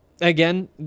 again